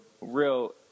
real